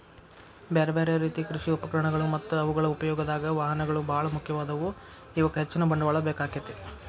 ಬ್ಯಾರ್ಬ್ಯಾರೇ ರೇತಿ ಕೃಷಿ ಉಪಕರಣಗಳು ಮತ್ತ ಅವುಗಳ ಉಪಯೋಗದಾಗ, ವಾಹನಗಳು ಬಾಳ ಮುಖ್ಯವಾದವು, ಇವಕ್ಕ ಹೆಚ್ಚಿನ ಬಂಡವಾಳ ಬೇಕಾಕ್ಕೆತಿ